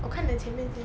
我看你的前面先